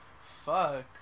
Fuck